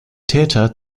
täter